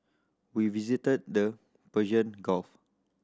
we visited the Persian Gulf